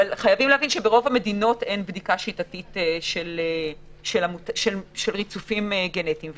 אבל חייבים להבין שברוב המדינות אין בדיקה שיטתית של ריצופים גנטיים,